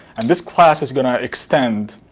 and this class is going to extend